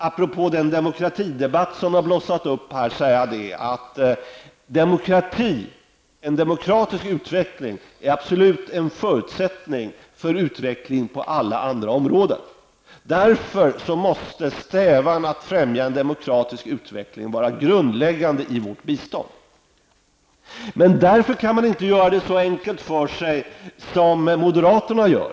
Apropå den demokratidebatt som har blossat upp här, vill jag säga att en demokratisk utveckling är en absolut förutsättning för utveckling på alla andra områden. Därför måste strävandena att främja en demokratisk utveckling vara det grundläggande i vårt bistånd. Men då kan man inte göra det så enkelt för sig som moderaterna gör.